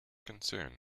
concern